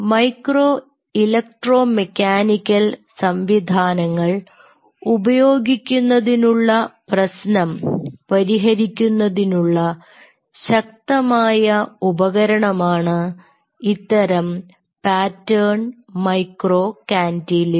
micro electro mechanical സംവിധാനങ്ങൾ ഉപയോഗിക്കുന്നതിനുള്ള പ്രശ്നം പരിഹരിക്കുന്നതിനുള്ള ശക്തമായ ഉപകരണമാണ് ഇത്തരം പാറ്റേൺ മൈക്രോ കാന്റിലിവർ